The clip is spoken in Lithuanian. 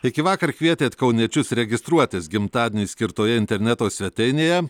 iki vakar kvietėt kauniečius registruotis gimtadieniui skirtoje interneto svetainėje